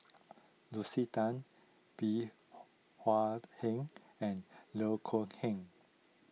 Lucy Tan Bey Hua Heng and Loh Kok Heng